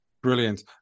Brilliant